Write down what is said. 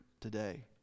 today